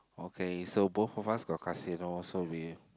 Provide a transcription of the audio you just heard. okay so both of us got casino so we